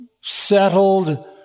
settled